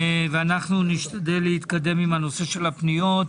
נשתדל להתקדם עם נושא הפניות.